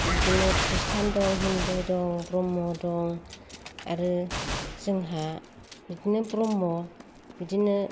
बिदिनो ख्रिष्टियान दं हिन्दु दं ब्रह्म दं आरो जोंहा बिदिनो ब्रह्म बिदिनो